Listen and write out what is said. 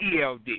ELD